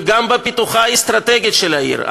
וגם בפיתוחה האסטרטגי של העיר.